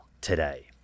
today